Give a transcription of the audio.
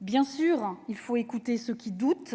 Bien sûr, il faut écouter ceux qui doutent,